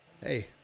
Hey